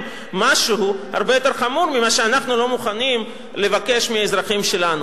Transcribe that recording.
משהו הרבה יותר חמור ממה שאנחנו לא מוכנים לבקש מהאזרחים שלנו?